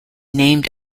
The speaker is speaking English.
named